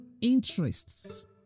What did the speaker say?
interests